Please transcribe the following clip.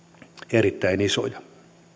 erittäin isoja